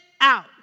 out